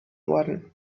worden